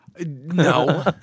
No